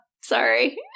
Sorry